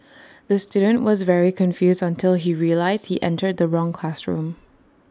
the student was very confused until he realised he entered the wrong classroom